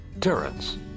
Terrence